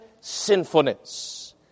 sinfulness